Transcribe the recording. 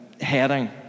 heading